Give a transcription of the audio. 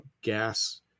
gas